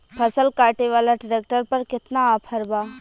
फसल काटे वाला ट्रैक्टर पर केतना ऑफर बा?